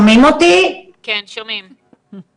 זה